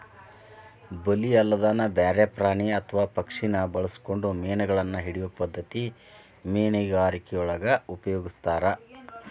ಬಲಿ ಅಲ್ಲದನ ಬ್ಯಾರೆ ಪ್ರಾಣಿ ಅತ್ವಾ ಪಕ್ಷಿನ ಬಳಸ್ಕೊಂಡು ಮೇನಗಳನ್ನ ಹಿಡಿಯೋ ಪದ್ಧತಿ ಮೇನುಗಾರಿಕೆಯೊಳಗ ಉಪಯೊಗಸ್ತಾರ